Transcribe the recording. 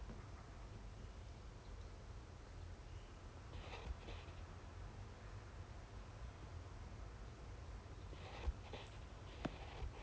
th~ that's the rest of the crew 都是 like existing lah as in err err err 那种 at the door [one] mah like they are supposed to their job lah but you're supposed to run the show mah as C_I_C